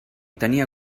tenia